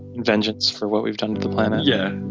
and vengeance for what we've done to the planet. yeah